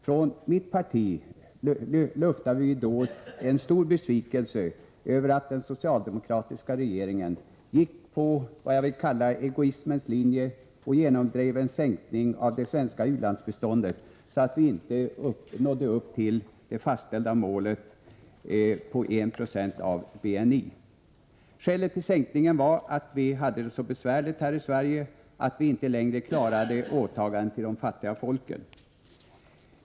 Från mitt partis sida luftade vi då en stor besvikelse över att den socialdemokratiska regeringen gick på — som jag vill kalla det — egoismens linje och genomdrev en sänkning av det svenska u-landsbiståndet, så att vi inte nådde upp till det fastställda målet på 1 26 av BNI. Skälet till sänkningen var att vi hade det så besvärligt här i Sverige att vi inte längre klarade åtagandet till de fattiga folken.